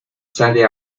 sale